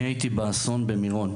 אני הייתי באסון מירון,